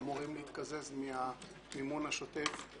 אמורים להתקזז מהמימון השוטף,